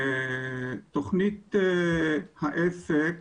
תוכנית העסק